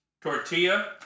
Tortilla